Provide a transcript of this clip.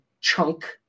chunk